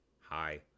Hi